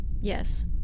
Yes